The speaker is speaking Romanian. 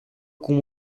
cum